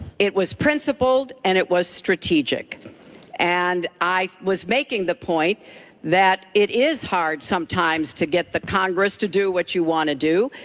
it was principled and it was strategic and i was making the point that it is hard, sometimes, to get the congress to do what you want to do.